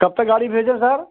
कब तक गाड़ी भेजें सर